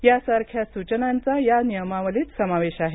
यासारख्या सूचनांचा या नियमावलीत समावेश आहे